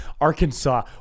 Arkansas